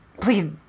Please